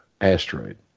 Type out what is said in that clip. Asteroid